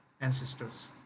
ancestors